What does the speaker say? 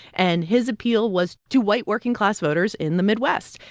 and his appeal was to white, working-class voters in the midwest.